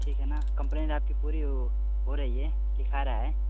ठीक है ना कम्प्लेन्ट आपकी पूरी हो हो रही हे लिखा रहा है